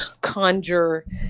conjure